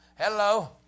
hello